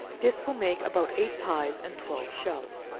this will make about eight pies and twelve shells.